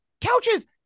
Couches